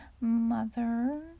mother